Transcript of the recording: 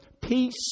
peace